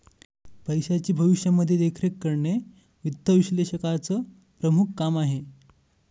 पैशाची भविष्यामध्ये देखरेख करणे वित्त विश्लेषकाचं प्रमुख काम आहे